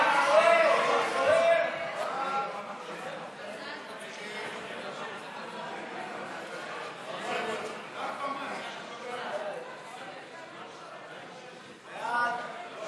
חוק